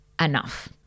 enough